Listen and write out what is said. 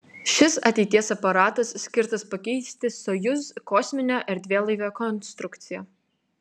šis ateities aparatas skirtas pakeisti sojuz kosminio erdvėlaivio konstrukciją